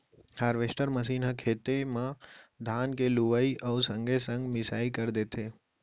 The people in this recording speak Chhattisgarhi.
हारवेस्टर मसीन ह खेते म धान के लुवई अउ संगे संग मिंसाई कर देथे